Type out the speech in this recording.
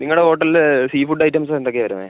നിങ്ങളുടെ ഹോട്ടലില് sea food items എന്തൊക്കെയാ വരുന്നെ